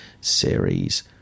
series